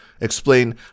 Explain